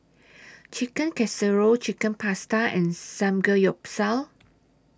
Chicken Casserole Chicken Pasta and Samgeyopsal